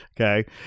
Okay